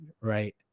right